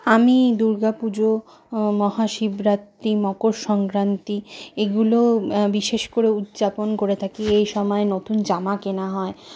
আমি দুর্গাপুজো মহাশিবরাত্রি মকর সংক্রান্তি এগুলো বিশেষ করে উদযাপন করে থাকি এই সময়ে নতুন জামা কেনা হয়